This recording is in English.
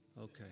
Okay